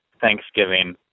Thanksgiving